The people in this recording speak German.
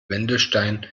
wendelstein